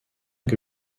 que